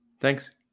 Thanks